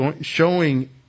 showing